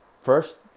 first